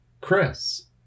Chris